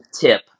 tip